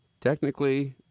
Technically